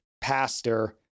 pastor